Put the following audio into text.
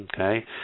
okay